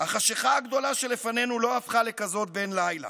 החשיכה הגדולה שלפנינו לא הפכה לכזאת בין לילה.